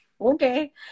okay